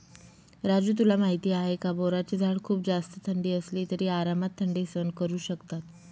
राजू तुला माहिती आहे का? बोराचे झाड खूप जास्त थंडी असली तरी आरामात थंडी सहन करू शकतात